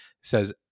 says